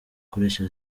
akoresha